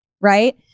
Right